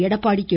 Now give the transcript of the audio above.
Edappadi K